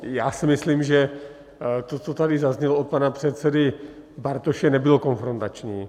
Já si myslím, že to, co tady zaznělo od pana předsedy Bartoše, nebylo konfrontační.